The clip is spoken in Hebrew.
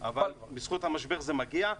אבל בזכות המשבר זה מגיע.